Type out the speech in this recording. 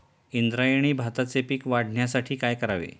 इंद्रायणी भाताचे पीक वाढण्यासाठी काय करावे?